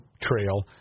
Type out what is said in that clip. Trail